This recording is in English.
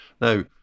Now